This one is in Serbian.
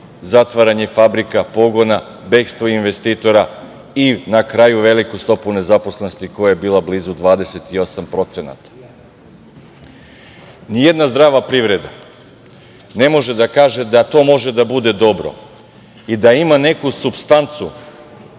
zatvaranje fabrika, pogona, bekstvo investitora i na kraju veliku stopu nezaposlenosti koja je bila blizu 28%.Nijedna zdrava privreda ne može da kaže da to može da bude dobro i da ima neku supstancu